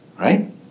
Right